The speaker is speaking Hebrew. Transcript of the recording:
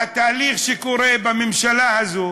והתהליך שקורה בממשלה הזאת,